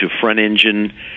front-engine